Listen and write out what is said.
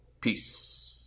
Peace